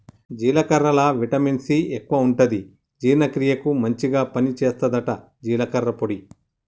జీలకర్రల vitamin C ఎక్కువుంటది జీర్ణ క్రియకు మంచిగ పని చేస్తదట జీలకర్ర పొడి